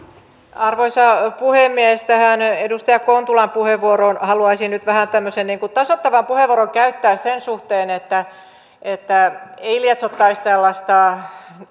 arvoisa puhemies tähän edustaja kontulan puheenvuoroon liittyen haluaisin nyt vähän tämmöisen tasoittavan puheenvuoron käyttää sen suhteen että että ei lietsottaisi tällaista